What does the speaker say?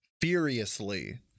furiously